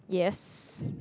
yes